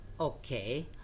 okay